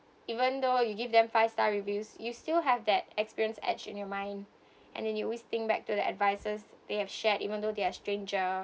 even though you give them five star reviews you still have that experience etched in your mind and then you always think back to the advices they have shared even though they are stranger